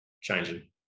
changing